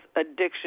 addiction –